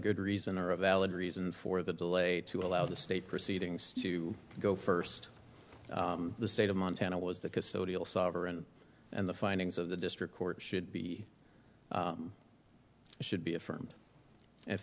good reason or a valid reason for the delay to allow the state proceedings to go first the state of montana was the custodial sovereign and the findings of the district court should be should be affirmed if